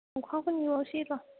अखाखौ नेबावनोसै र'